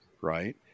right